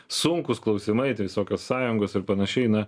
sunkūs klausimai tai visokios sąjungos ir panašiai ar ne